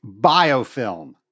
biofilm